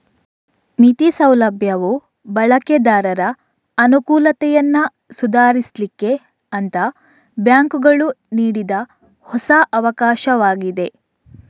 ಮಿತಿ ಸೌಲಭ್ಯವು ಬಳಕೆದಾರರ ಅನುಕೂಲತೆಯನ್ನ ಸುಧಾರಿಸ್ಲಿಕ್ಕೆ ಅಂತ ಬ್ಯಾಂಕುಗಳು ನೀಡಿದ ಹೊಸ ಅವಕಾಶವಾಗಿದೆ